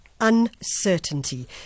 Uncertainty